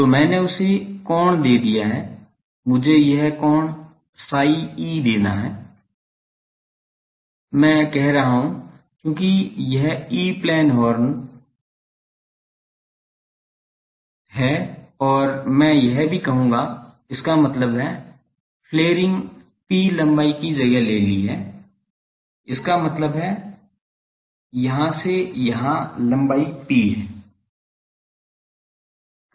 तो मैंने उसे कोण दे दिया है मुझे यह कोण psi e देना है मैं कह रहा हूं क्योंकि यह ई प्लेन हॉर्न है और मैं यह भी कहूंगा इसका मतलब है फ्लॉरिंग P लम्बाई की जगह ले ली है कि इसका मतलब है यहां से यहां लंबाई P है